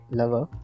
lover